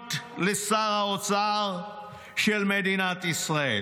מאמינות לשר האוצר של מדינת ישראל,